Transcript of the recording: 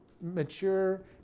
mature